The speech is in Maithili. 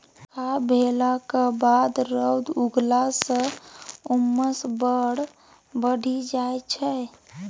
बरखा भेलाक बाद रौद उगलाँ सँ उम्मस बड़ बढ़ि जाइ छै